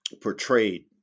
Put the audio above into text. portrayed